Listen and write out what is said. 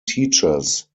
teachers